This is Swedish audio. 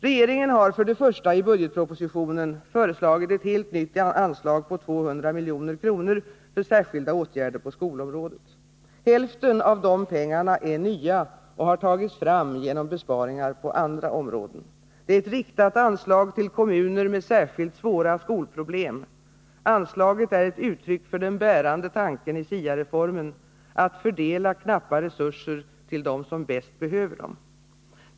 Regeringen har för det första i budgetpropositionen föreslagit ett helt nytt anslag på 200 milj.kr. för särskilda åtgärder på skolområdet. Hälften av de pengarna är nya och har tagits fram genom besparingar på andra områden. Det är ett riktat anslag till kommuner med särskilt svåra skolproblem; anslaget är ett uttryck för den bärande tanken i SIA-reformen: att fördela knappa resurser till dem som bäst behöver dem.